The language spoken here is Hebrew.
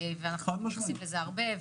אנחנו לא מתייחסים לזה הרבה.